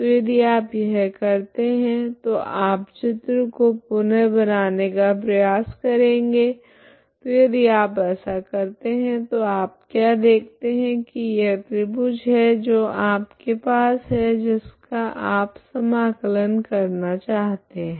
तो यदि आप यह करते है तो आप चित्र को पुनः बनाने का प्रयास करेगे तो यदि आप ऐसा करते है तो आप क्या देखते है की यह त्रिभुज है जो आपके पास है जिसका आप समाकलन करना चाहते है